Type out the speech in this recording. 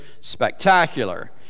spectacular